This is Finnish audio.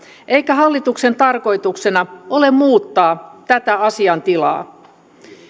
eikä hallituksen tarkoituksena ole muuttaa tätä asiantilaa